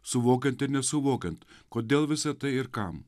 suvokiant ir nesuvokiant kodėl visa tai ir kam